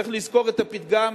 צריך לזכור את הפתגם,